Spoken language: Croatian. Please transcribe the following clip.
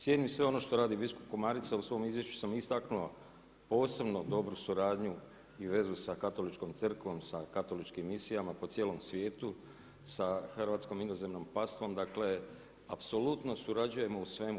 Cijenim sve ono što radi biskup Komarica, u svom izvješću sam istaknuo posebno dobru suradnju i vezu sa Katoličkom crkvom, sa katoličkim misijama po cijelom svijetu, sa Hrvatskom Inozemnom Pastvom, dakle apsolutno surađujemo u svemu.